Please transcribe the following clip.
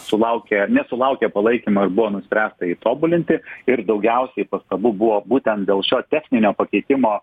sulaukė nesulaukė palaikymo ir buvo nuspręsta jį tobulinti ir daugiausiai pastabų buvo būtent dėl šio techninio pakeitimo